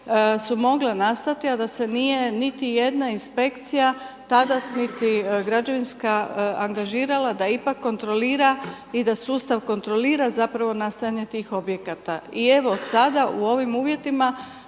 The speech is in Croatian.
su mogla nastati, a da se nije niti jedna inspekcija tada, niti građevinska angažirala da ipak kontrolira i da sustav kontrolira zapravo nastajanje tih objekata. I evo, sada u ovim uvjetima